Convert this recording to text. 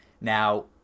Now